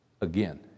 again